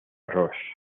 ross